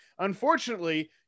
Unfortunately